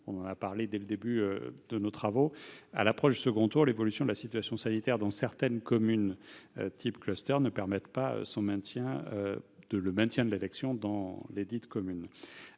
on en a parlé dès le début de nos travaux -, à l'approche du second tour, l'évolution de la situation sanitaire dans certaines communes, comme l'apparition de, ne permette pas le maintien de l'élection dans lesdites communes.